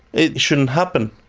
it shouldn't happen.